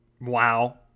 wow